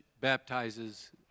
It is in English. baptizes